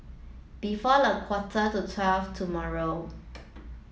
before a quarter to twelve tomorrow